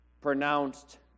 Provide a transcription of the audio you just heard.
pronounced